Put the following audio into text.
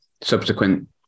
subsequent